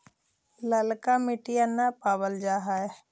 ललका मिटीया न पाबल जा है?